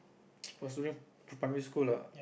was during primary school lah